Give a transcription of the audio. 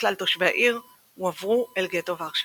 מכלל תושבי העיר, הועברו אל גטו ורשה.